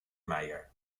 mayer